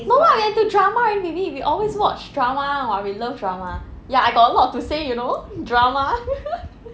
no lah we are into drama already baby we always watch drama [one] [what] we love drama ya I got a lot to say you know drama